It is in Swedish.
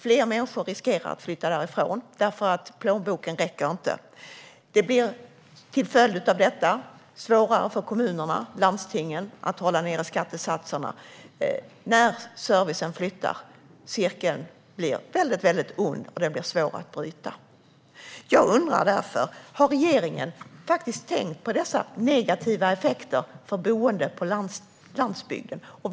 Fler människor riskerar att flytta därifrån därför att plånboken inte räcker. Till följd av detta blir det svårare för kommunerna och landstingen att hålla ned skattesatserna, och närservicen flyttar. Cirkeln blir väldigt ond, och den blir svår att bryta. Jag undrar om regeringen faktiskt har tänkt på dessa negativa effekter för boende på landsbygden.